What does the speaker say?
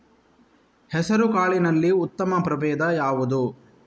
ಹೆಸರುಕಾಳಿನಲ್ಲಿ ಉತ್ತಮ ಪ್ರಭೇಧ ಯಾವುದು?